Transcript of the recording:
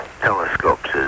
telescopes